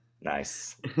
Nice